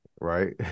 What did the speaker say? right